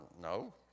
no